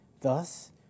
Thus